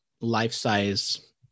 life-size